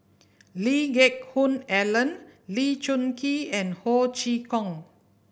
Lee Geck Hoon Ellen Lee Choon Kee and Ho Chee Kong